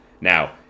now